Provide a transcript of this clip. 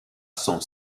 son